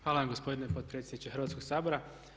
Hvala vam gospodine potpredsjedniče Hrvatskog sabora.